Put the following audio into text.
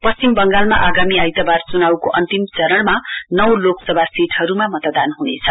पश्चिम बंगालमा आगामी आइतवार चुनाउको अन्तिम चरणमा नौ लोकसभा सीटहरुमा मतदान हुनेछ